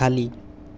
खाली